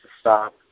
stop